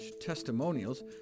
testimonials